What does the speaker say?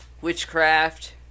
witchcraft